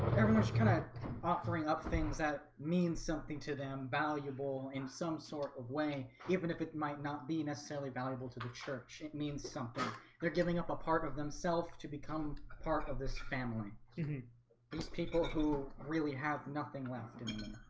everyone's kind of offering up things that mean something to them valuable in some sort of way even if it might not be necessarily valuable to the church it means something they're giving up a part of themself to become part of this family these people who really have nothing left in me